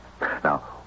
Now